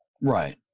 Right